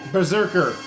Berserker